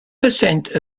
percent